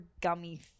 gummy